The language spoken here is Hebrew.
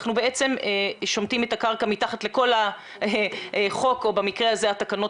אנחנו שומטים את הקרקע מתחת לכל החוק או במקרה הזה התקנות